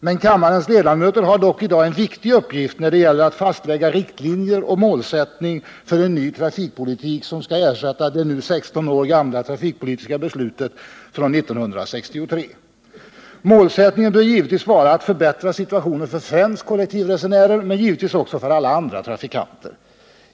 Men kammarens ledamöter har i dag en viktig uppgift när det gäller att fastlägga riktlinjer och målsättning för en ny trafikpolitik, som skall ersätta det nu 16 år gamla trafikpolitiska beslutet från 1963. Målsättningen bör givetvis vara att förbättra situationen för främst kollektivresenärer men naturligtvis också för alla andra trafikanter.